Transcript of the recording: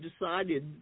decided